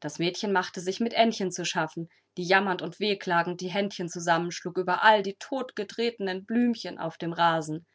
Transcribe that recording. das mädchen machte sich mit aennchen zu schaffen die jammernd und wehklagend die händchen zusammenschlug über alle die totgetretenen blümchen auf dem rasen